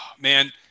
Man